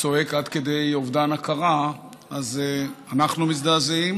צועק עד כדי אובדן הכרה אז אנחנו מזדעזעים,